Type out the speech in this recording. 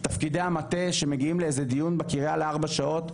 תפקידי המטה שמגיעים לאיזה דיון בקריה לארבע שעות,